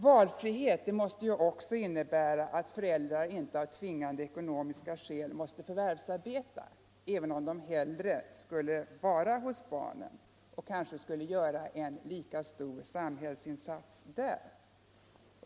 Valfrihet borde också innebära att föräldrar inte av tvingande ekonomiska skäl måste förvärvsarbeta, även om de hellre skulle vara hos barnen och kanske skulle göra en lika stor samhällsinsats där.